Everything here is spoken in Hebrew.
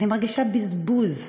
אני מרגישה בזבוז.